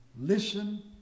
Listen